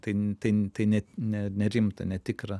tai tai ne ne nerimta netikra